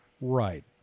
Right